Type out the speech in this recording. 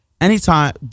Anytime